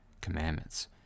commandments